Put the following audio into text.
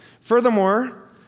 Furthermore